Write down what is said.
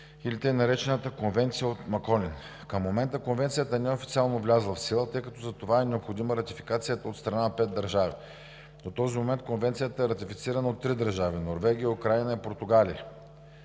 или така наречената Конвенция от Маколин. Към момента Конвенцията неофициално е влязла в сила, тъй като за това е необходима ратификацията от страна на пет държави. До този момент Конвенцията е ратифицирана от три държави – Норвегия, Украйна и Португалия.